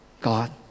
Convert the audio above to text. God